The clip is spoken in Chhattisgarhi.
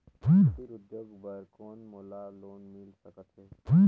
कुटीर उद्योग बर कौन मोला लोन मिल सकत हे?